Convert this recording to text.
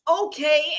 okay